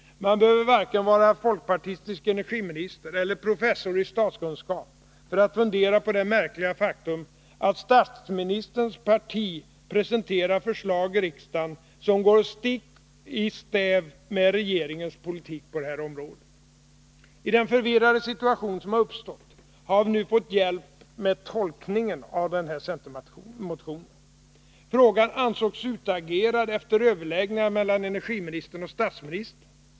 Man behöver varken vara folkpartistisk energiminister eller professor i statskunskap för att fundera på det märkliga faktum, att statsministerns parti presenterar förslag i riksdagen som går stick i stäv mot regeringens politik på det här området. I den förvirrade situation som uppstått har vi nu fått hjälp med tolkningen av den här centermotionen. Frågan ansågs utagerad efter överläggningar mellan energiministern och statsministern.